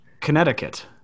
connecticut